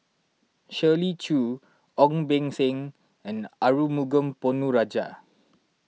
Shirley Chew Ong Beng Seng and Arumugam Ponnu Rajah